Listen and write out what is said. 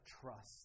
trust